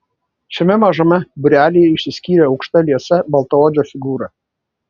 šiame mažame būrelyje išsiskyrė aukšta liesa baltaodžio figūra